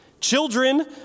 children